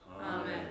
Amen